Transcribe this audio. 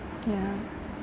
ya